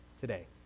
today